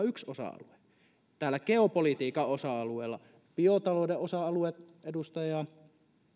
yksi osa alue tällä geopolitiikan osa alueella biotalouden osa alue edustaja